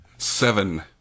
Seven